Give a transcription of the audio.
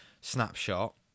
snapshot